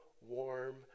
warm